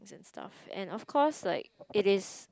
and stuff and of course like it is